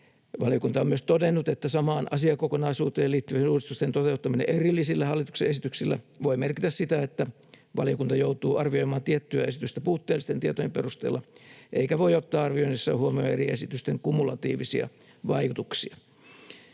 Valiokunta on myös todennut, että samaan asiakokonaisuuteen liittyvien uudistusten toteuttaminen erillisillä hallituksen esityksillä voi merkitä sitä, että valiokunta joutuu arvioimaan tiettyä esitystä puutteellisten tietojen perusteella eikä voi ottaa arvioinnissa huomioon eri esitysten kumulatiivisia vaikutuksia.”